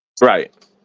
Right